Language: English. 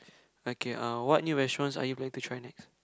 okay uh what new restaurants are you going to try next